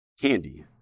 candy